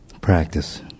practice